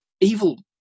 evil